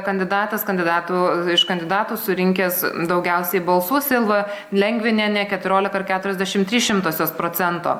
kandidatas kandidatų iš kandidatų surinkęs daugiausiai balsų silva lengvinienė keturiolika ir keturiasdešimt trys šimtosios procento